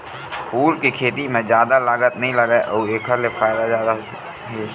फूल के खेती म जादा लागत नइ लागय अउ एखर ले फायदा जादा हे